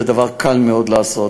זה דבר קל מאוד לעשות.